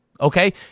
Okay